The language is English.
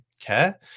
care